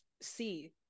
see